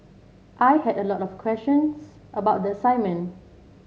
I had a lot of questions about the assignment